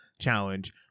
challenge